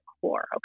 core